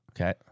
Okay